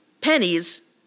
Pennies